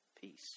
peace